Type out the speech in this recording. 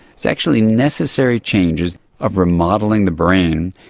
it's actually necessary changes of remodelling the brain.